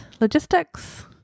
logistics